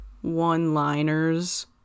one-liners